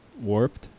warped